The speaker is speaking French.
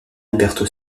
alberto